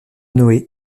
noë